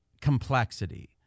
complexity